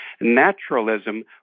Naturalism